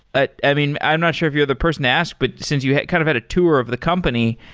but i mean, i'm not sure if you're the person asked, but since you had kind of had a tour of the company,